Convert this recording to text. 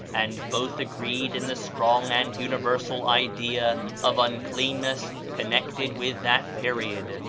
and both agreed in the strong and universal idea of uncleanness connected with that period.